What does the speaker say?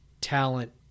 talent